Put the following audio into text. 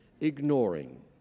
ignoring